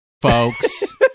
folks